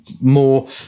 more